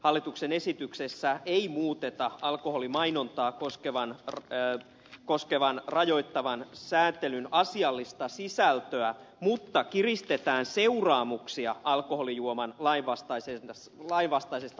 hallituksen esityksessä ei muuteta alkoholimainontaa koskevan rajoittavan sääntelyn asiallista sisältöä mutta kiristetään seuraamuksia alkoholijuomien lainvastaisesta markkinoinnista